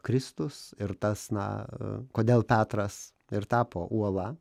kristus ir tas na kodėl petras ir tapo uola